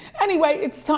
anyway it's time,